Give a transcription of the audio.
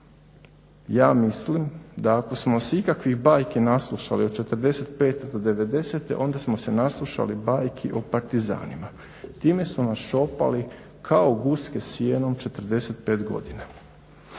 Ja mislim da ako smo se ikakvih bajki naslušali od '45. do '90. onda smo se naslušali bajki o Partizanima. Time su nas šopali kao guske sjenom 45 godina.